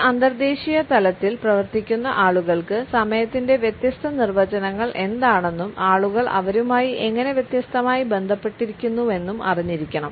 ഒരു അന്തർദ്ദേശീയ തലത്തിൽ പ്രവർത്തിക്കുന്ന ആളുകൾക്ക് സമയത്തിൻറെ വ്യത്യസ്ത നിർവ്വചനങ്ങൾ എന്താണെന്നും ആളുകൾ അവരുമായി എങ്ങനെ വ്യത്യസ്തമായി ബന്ധപ്പെട്ടിരിക്കുന്നുവെന്നും അറിഞ്ഞിരിക്കണം